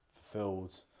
fulfilled